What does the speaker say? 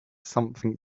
something